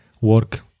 work